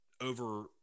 over